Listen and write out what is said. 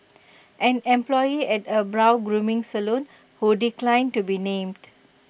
an employee at A brow grooming salon who declined to be named